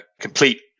complete